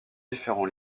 différents